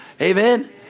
Amen